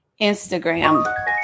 Instagram